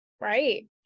Right